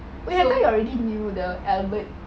we haven't you already knew the albert